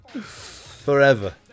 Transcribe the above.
forever